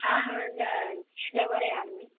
ओ छी आदमी